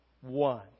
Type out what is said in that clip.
one